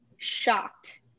shocked